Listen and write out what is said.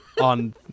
On